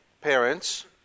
parents